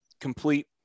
complete